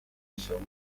ishavu